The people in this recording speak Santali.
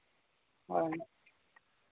ᱦᱳᱭ